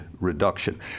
reduction